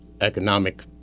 economic